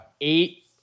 eight